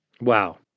Wow